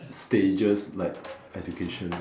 stages like education